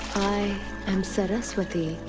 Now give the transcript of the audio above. i am saraswati,